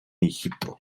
egipto